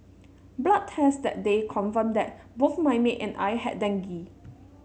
blood tests that day confirmed that both my maid and I had dengue